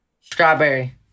Strawberry